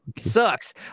sucks